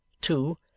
Two